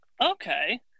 okay